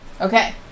Okay